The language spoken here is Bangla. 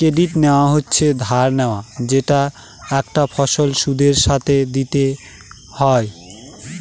ক্রেডিট নেওয়া হচ্ছে ধার নেওয়া যেটা একটা সময় সুদের সাথে দিতে হয়